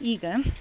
ಈಗ